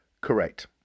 Correct